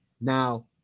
Now